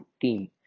team